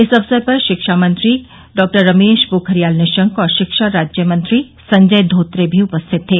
इस अवसर पर शिक्षामंत्री रमेश पोखरियल निशंक और शिक्षा राज्य मंत्री संजय धोत्रे भी उपस्थित थे